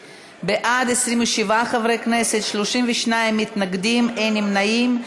בעד, 27 חברי כנסת, 32 מתנגדים, אין נמנעים.